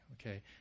okay